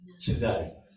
today